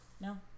No